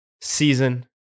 season